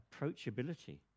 approachability